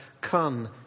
come